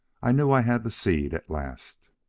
i knew i had the seed at last.